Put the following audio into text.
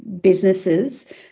businesses